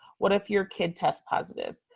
what if your kid tested positive?